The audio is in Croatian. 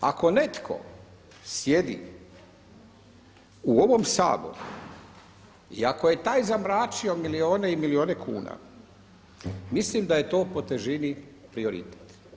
Ako netko sjedi u ovom Saboru i ako je taj zamračio milione i milione kuna, mislim da je to po težini prioritet.